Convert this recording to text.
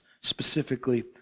specifically